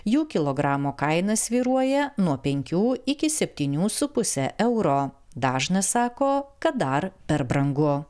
jų kilogramo kaina svyruoja nuo penkių iki septynių su puse euro dažnas sako kad dar per brangu